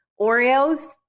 Oreos